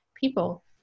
people